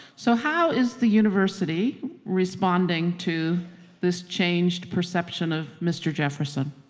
so how is the university responding to this changed perception of mr. jefferson?